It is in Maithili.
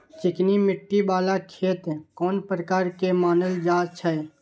चिकनी मिट्टी बाला खेत कोन प्रकार के मानल जाय छै?